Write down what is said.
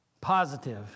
positive